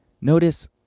Notice